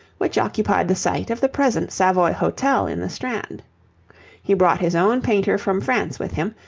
which occupied the site of the present savoy hotel in the strand he brought his own painter from france with him,